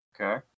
Okay